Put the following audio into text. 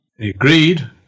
Agreed